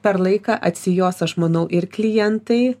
per laiką atsijos aš manau ir klientai